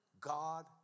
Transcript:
God